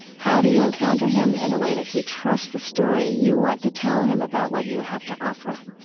how do you encounter him in a way that he trusts the story you want to tell him about what you have to offer?